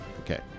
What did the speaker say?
Okay